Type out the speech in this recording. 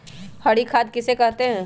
हरी खाद किसे कहते हैं?